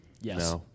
Yes